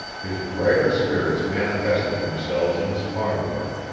his brighter spirits manifested themselves in his farm work,